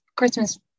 Christmas